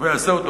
ויעשה אותו.